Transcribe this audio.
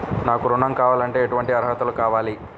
నాకు ఋణం కావాలంటే ఏటువంటి అర్హతలు కావాలి?